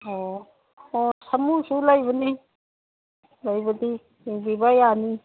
ꯑꯣ ꯍꯣꯏ ꯁꯥꯃꯨꯁꯨ ꯂꯩꯕꯅꯤ ꯂꯩꯕꯗꯤ ꯌꯦꯡꯕꯤꯕ ꯌꯥꯅꯤ